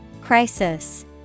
Crisis